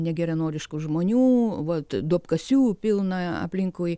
negeranoriškų žmonių vat duobkasių pilna aplinkui